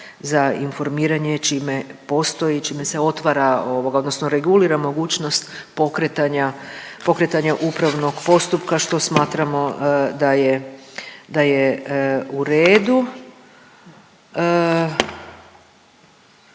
za informiranje čime postoji, čime se otvara ovoga odnosno regulira mogućnost pokretanja, pokretanja upravnog postupka, što smatramo da je, da